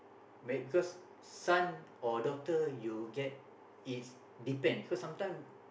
married cause son or daughter you get it's depend cause sometime